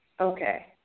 Okay